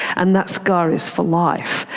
and that scar is for life,